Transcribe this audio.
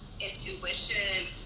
intuition